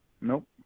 Nope